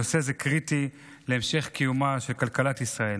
נושא זה קריטי להמשך קיומה של כלכלת ישראל.